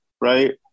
right